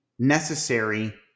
necessary